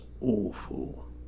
awful